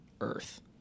earth